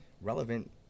relevant